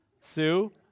sue